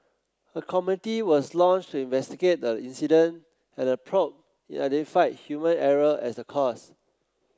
a committee was launched to investigate the incident and the probe identified human error as the cause